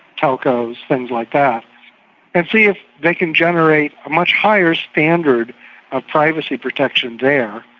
telcos, things like that and see if they can generate a much higher standard of privacy protection there.